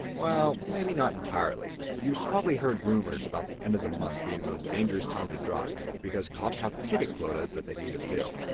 well, maybe not entirely. you've probably heard rumors about the end of the month being the most dangerous time to drive because cops have ticket quotas that they need to fill,